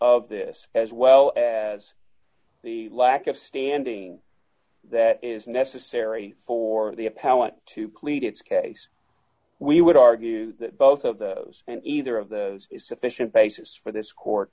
of this as well as d the lack of standing that is necessary for the appellant to plead its case we would argue both of those and either of those is sufficient basis for this court